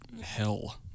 hell